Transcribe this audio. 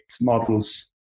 models